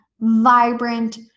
vibrant